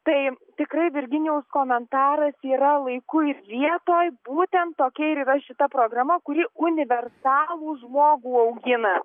tai tikrai virginijaus komentaras yra laiku jis vietoj būtent tokia ir yra šita programa kuri universalų žmogų augina